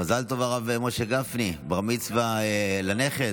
מזל טוב, הרב משה גפני, בר-מצווה לנכד.